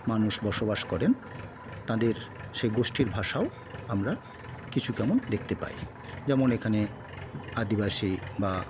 মানুষ বসবাস করেন তাঁদের সে গোষ্ঠীর ভাষাও আমরা কিছু তেমন দেখতে পাই যেমন এখানে আদিবাসী বা